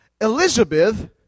Elizabeth